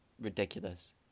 ridiculous